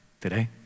today